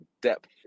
depth